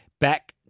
back